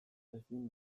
ezin